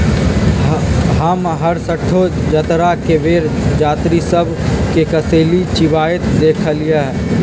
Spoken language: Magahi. हम हरसठ्ठो जतरा के बेर जात्रि सभ के कसेली चिबाइत देखइलइ